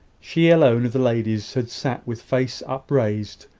she alone of the ladies had sat with face upraised,